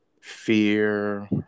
fear